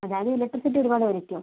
അതായത് ഇലക്ട്രിസിറ്റി ഒരുപാട് വലിക്കുമോ